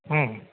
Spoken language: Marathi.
हं